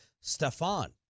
Stefan